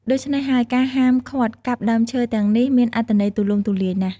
ដូច្នេះហើយ ការហាមឃាត់កាប់ដើមឈើទាំងនេះមានអត្ថន័យទូលំទូលាយណាស់។